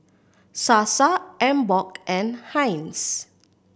Sasa Emborg and Heinz